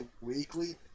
Weekly